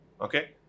okay